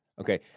Okay